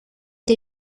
que